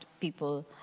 people